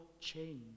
change